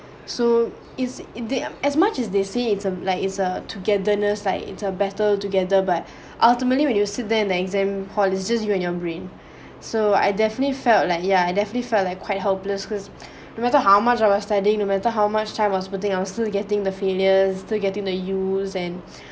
so is it as much as they it's a like it's a togetherness like it's a battle together but ultimately when you sit there and the exam hall is just you and your brain so I definitely felt like yeah I definitely felt quite helpless because no matter how much are studying no matter how much time was putting I'm still getting the failures to getting the U and